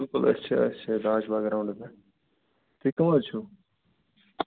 بِلکُل أسۍ چھِ أسۍ چھِ راج باغ گرٛاونٛڈٕ پیٚٹھ تُہی کٕم حظ چھُو